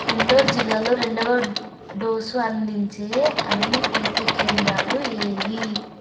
indoor జిల్లాలో రెండవ dose అందించే అన్ని టీకా కేంద్రాలు ఏవి